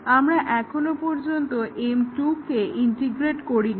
আমরা এখনো পর্যন্ত M2 কে ইন্টিগ্রেট করিনি